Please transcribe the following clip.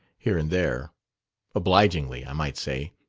here and there obligingly, i might say.